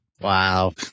Wow